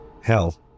Hell